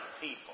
people